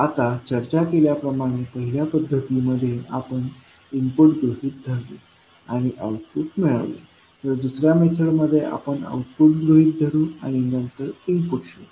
आता चर्चा केल्याप्रमाणे पहिल्या पद्धतीमध्ये आपण इनपुट गृहीत धरले आणि आऊटपुट मिळवले तर दुसऱ्या मेथडमध्ये आपण आउटपुट गृहीत धरु आणि नंतर इनपुट शोधू